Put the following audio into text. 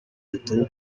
bahitamo